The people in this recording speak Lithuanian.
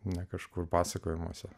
ne kažkur pasakojimuose